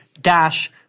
dash